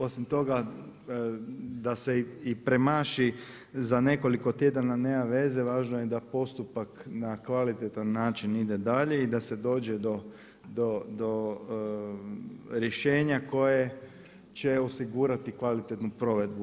Osim toga, da se i premaši za nekoliko tjedana nema veze, važno je da postupak na kvalitetan način ide dalje i da se dođe do rješenja koje će osigurati kvalitetnu provedbu.